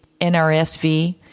NRSV